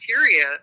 criteria